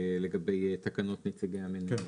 לגבי תקנות נציגי המנהל.